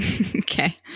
Okay